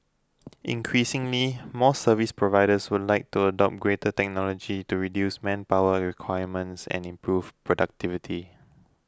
increasingly more service providers would like to adopt greater technology to reduce manpower requirement and improve productivity